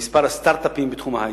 במספר הסטארט-אפים בתחום ההיי-טק.